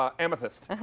um amethyst.